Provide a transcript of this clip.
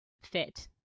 fit